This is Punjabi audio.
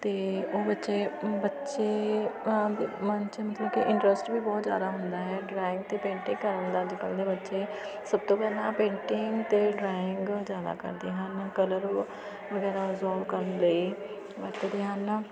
ਅਤੇ ਉਹ ਬੱਚੇ ਬੱਚੇ ਮਨ 'ਚ ਮਤਲਬ ਕਿ ਇੰਟਰਸਟ ਵੀ ਬਹੁਤ ਜ਼ਿਆਦਾ ਹੁੰਦਾ ਹੈ ਡਰਾਇੰਗ ਅਤੇ ਪੇਂਟਿੰਗ ਕਰਨ ਦਾ ਅੱਜ ਕੱਲ੍ਹ ਦੇ ਬੱਚੇ ਸਭ ਤੋਂ ਪਹਿਲਾਂ ਪੇਂਟਿੰਗ ਅਤੇ ਡਰਾਇੰਗ ਜ਼ਿਆਦਾ ਕਰਦੇ ਹਨ ਕਲਰ ਵਗੈਰਾ ਓਬਜ਼ਰਬ ਕਰਨ ਲਈ ਵਰਤਦੇ ਹਨ